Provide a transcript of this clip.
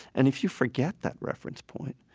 and if you forget that reference point,